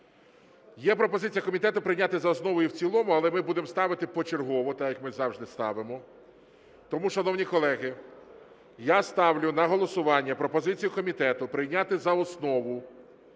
Є пропозиція комітету прийняти за основу і в цілому, але ми будемо ставити почергово, так як ми завжди ставимо. Тому, шановні колеги, я ставлю на голосування пропозицію комітету прийняти за основу